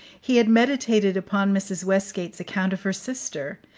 he had meditated upon mrs. westgate's account of her sister,